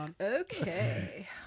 Okay